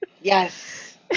Yes